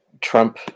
Trump